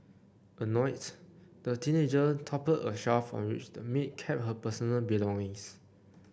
annoys the teenager toppled a shelf on which the maid kept her personal belongings